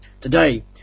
Today